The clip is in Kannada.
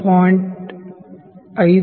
5 ಮಿ